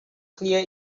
clear